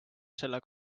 selle